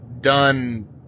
done